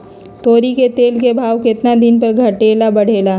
तोरी के तेल के भाव केतना दिन पर घटे ला बढ़े ला?